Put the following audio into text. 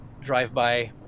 drive-by